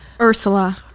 Ursula